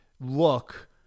look